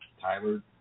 Tyler